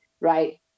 right